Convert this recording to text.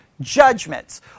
judgments